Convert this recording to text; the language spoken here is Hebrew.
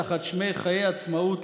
תחת שמי חיי עצמאות,